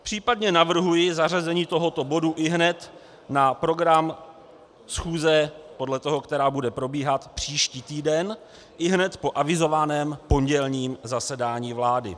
Případně navrhuji zařazení tohoto bodu ihned na program schůze, podle toho, která bude probíhat, příští týden, ihned po avizovaném pondělním zasedání vlády.